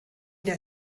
der